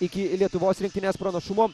iki lietuvos rinktinės pranašumo